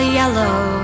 yellow